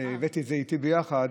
איתי יחד,